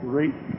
Great